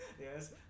Yes